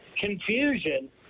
confusion